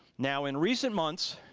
now in recent months,